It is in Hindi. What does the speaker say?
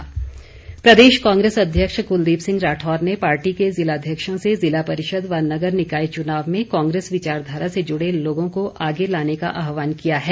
राठौर प्रदेश कांग्रेस अध्यक्ष कुलदीप सिंह राठौर ने पार्टी के ज़िलाध्यक्षों से ज़िला परिषद व नगर निकाय चुनाव में कांग्रेस विचारधारा से जुड़े लोगों को आगे लाने का आहवान किया है